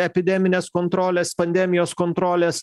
epideminės kontrolės pandemijos kontrolės